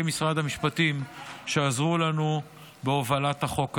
משרד המשפטים שעזרו לנו בהובלת החוק הזה.